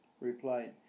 replied